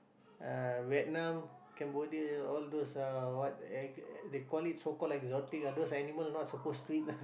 uh Vietnam Cambodia all those uh what they called it so called exotic ah those animal not supposed to eat